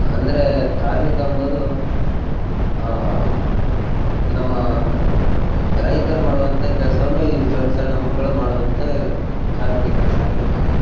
ಅಂದರೆ ಕಾರ್ಮಿಕ ಅಂಬುದು ನಮ್ಮ ರೈತರು ಮಾಡುವಂಥ ಕೆಲಸವನ್ನು ಈ ಸಣ್ಣ ಸಣ್ಣ ಮಕ್ಕಳು ಮಾಡುವಂತೇ ಕಾರ್ಮಿಕ ಕೆಲಸ ಆಗಿರ್ಬೋದು